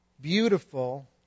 beautiful